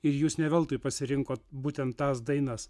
ir jūs ne veltui pasirinkot būtent tas dainas